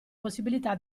possibilità